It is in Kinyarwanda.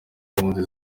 impunzi